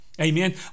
Amen